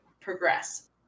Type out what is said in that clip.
progress